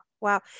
wow